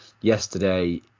Yesterday